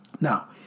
Now